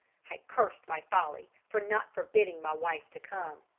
i cursed my folly for not forbidding my wife to come.